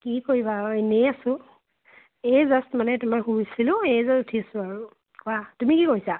কি কৰিবা আৰু এনেই আছোঁ এই জাষ্ট মানে তোমাৰ শুইছিলোঁ এই জাষ্ট উঠিছোঁ আৰু কোৱা তুমি কি কৰিছা